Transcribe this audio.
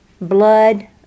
blood